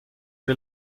wie